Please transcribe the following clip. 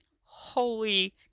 holy